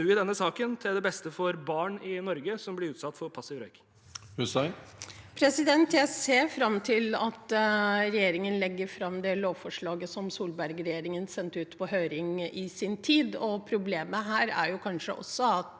Jeg ser fram til at regjeringen legger fram det lovforslaget som Solberg-regjeringen sendte ut på høring i sin tid. Problemet her er kanskje også at